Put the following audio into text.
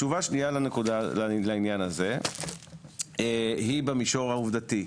תשובה שנייה לעניין הזה היא במישור העובדתי.